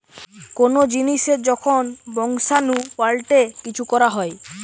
কোন জিনিসের যখন বংশাণু পাল্টে কিছু করা হয়